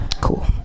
Cool